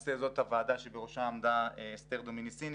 למעשה זאת הוועדה שבראשה עמדה אסתר דומיניסיני,